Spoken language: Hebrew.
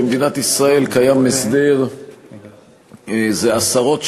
במדינת ישראל קיים הסדר זה עשרות שנים,